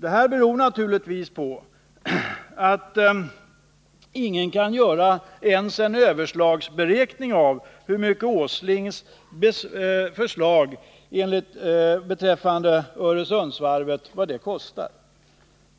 Det här beror naturligtvis på att ingen kan göra ens en överslagsberäkning av hur mycket industriminister Åslings förslag beträffande Öresundsvarvet kostar.